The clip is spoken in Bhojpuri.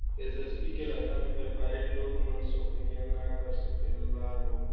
एम.एस.पी के रहता में व्यपारी लोग मनसोखइ ना कर सकेला लोग